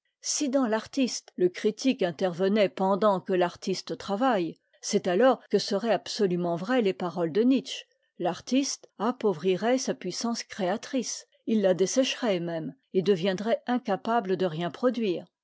si dans l'artiste le critique intervenait pendant que l'artiste travaille c'est alors que seraient absolument vraies les paroles de nietzsche l'artiste appauvrirait sa puissance créatrice il la dessécherait même et deviendrait incapable de rien produire